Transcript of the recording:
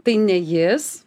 tai ne jis